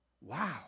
Wow